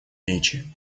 речи